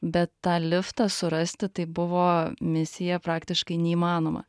bet tą liftą surasti tai buvo misija praktiškai neįmanoma